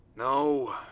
No